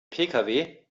pkw